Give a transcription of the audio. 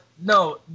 no